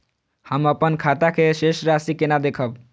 हम अपन खाता के शेष राशि केना देखब?